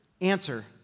answer